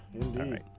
indeed